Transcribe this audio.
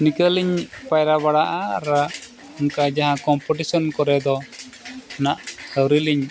ᱱᱤᱠᱟᱹᱞᱤᱧ ᱯᱟᱭᱨᱟ ᱵᱟᱲᱟᱜᱼᱟ ᱟᱨ ᱚᱱᱠᱟ ᱡᱟᱦᱟᱸ ᱠᱚᱢᱯᱤᱴᱤᱥᱮᱱ ᱠᱚᱨᱮ ᱫᱚ ᱦᱟᱸᱜ ᱟᱹᱣᱨᱤᱞᱤᱧ